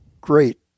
great